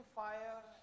fire